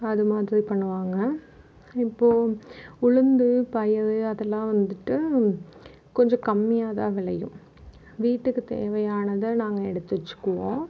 அது மாதிரி பண்ணுவாங்க இப்போ உளுந்து பயறு அதெலாம் வந்துட்டு கொஞ்சம் கம்மியாகதான் விளையும் வீட்டுக்கு தேவையானதை நாங்க எடுத்து வச்சுக்குவோம்